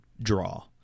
draw